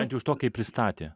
bent jau iš to kaip pristatė